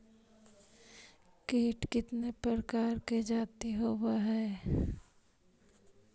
कीट कीतने प्रकार के जाती होबहय?